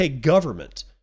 government